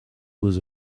was